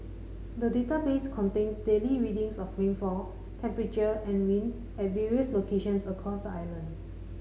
the database contains daily readings of rainfall temperature and wind at various locations across the island